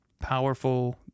powerful